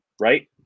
right